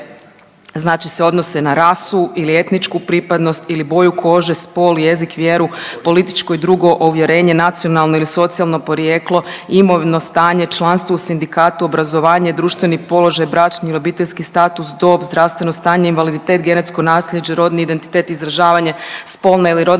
znači odnose se na rasu ili etničku pripadnost ili boju kože, spol, jezik, vjeru, političko i drugo uvjerenje, nacionalno ili socijalno porijeklo, imovno stanje, članstvo u sindikatu, društveni položaj, bračni ili obiteljski status, dob, zdravstveno stanje, invaliditet, genetsko naslijeđe, rodni identitet, izražavanje spolne ili rodne